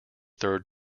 third